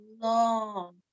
long